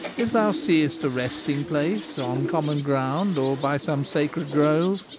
if thou seest a resting place on common ground or by some sacred grove,